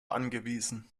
angewiesen